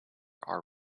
are